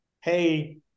Hey